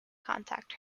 contact